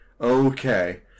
okay